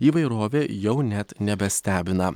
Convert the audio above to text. įvairovė jau net nebestebina